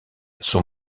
sont